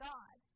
God